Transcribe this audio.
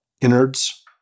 innards